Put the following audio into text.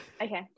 okay